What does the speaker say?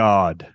God